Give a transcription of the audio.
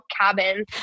cabin